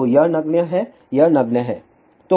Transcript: तो यह नगण्य है यह नगण्य है